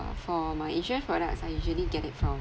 for my insurance products I usually get it from